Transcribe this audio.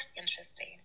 interesting